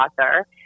author